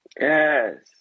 Yes